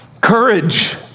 courage